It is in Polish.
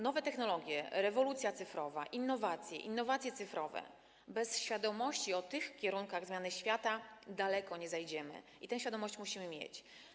Nowe technologie, rewolucja cyfrowa, innowacje, innowacje cyfrowe - bez świadomości tych kierunków zmiany świata daleko nie zajdziemy i tę świadomość musimy mieć.